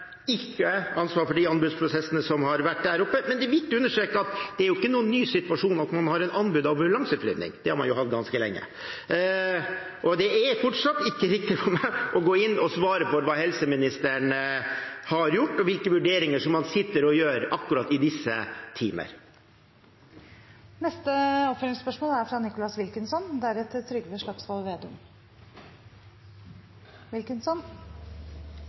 ny situasjon at man har anbud på ambulanseflyvning. Det har man jo hatt ganske lenge. Det er fortsatt ikke riktig for meg å gå inn og svare for hva helseministeren har gjort, og hvilke vurderinger han sitter og gjør akkurat i disse timer. Nicholas Wilkinson – til oppfølgingsspørsmål. Det har blitt en vane i denne regjeringen at statsråder skyver ansvar over på hverandre i krisesituasjoner, men det som står, er